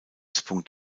stützpunkt